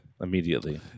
immediately